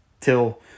till